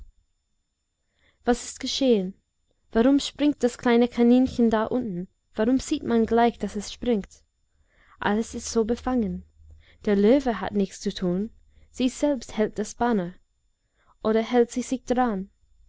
was ist geschehen warum springt das kleine kaninchen da unten warum sieht man gleich daß es springt alles ist so befangen der löwe hat nichts zu tun sie selbst hält das banner oder hält sie sich dran